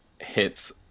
hits